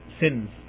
sins